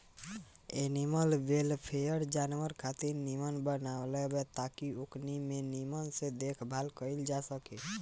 animal welfare, जानवर खातिर नियम बनवले बा ताकि ओकनी के निमन से देखभाल कईल जा सके